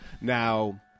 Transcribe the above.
Now